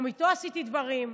גם איתו עשיתי דברים.